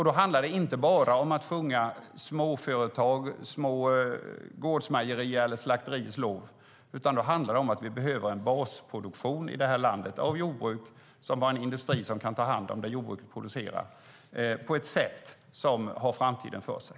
Då handlar det inte om att bara sjunga småföretags, gårdsmejeriers eller små slakteriers lov, utan det handlar om att vi behöver en basproduktion inom jordbruket i landet och en industri som kan ta hand om det som jordbruket producerar på ett sätt som har framtiden för sig.